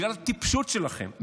בגלל הטיפשות שלכם,